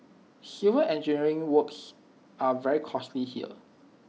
civil engineering works are very costly here